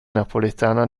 napoletana